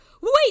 wait